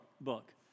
book